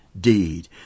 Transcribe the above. Deed